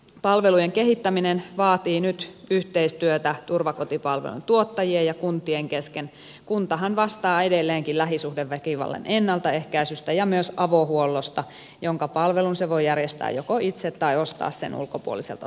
palvelujen kehittäminen vaatii nyt yhteistyötä turvakotipalvelujen tuottajien ja kuntien kesken kuntahan vastaa edelleenkin lähisuhdeväkivallan ennaltaehkäisystä ja myös avohuollosta jonka palvelun se voi joko järjestää itse tai ostaa ulkopuoliselta tuottajalta